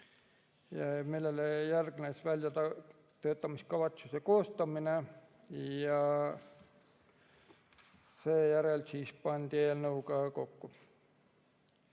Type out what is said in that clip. millele järgnes väljatöötamiskavatsuse koostamine ja seejärel pandi eelnõu kokku.